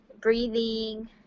breathing